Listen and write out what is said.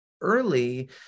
early